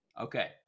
Okay